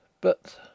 But